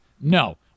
No